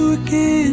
again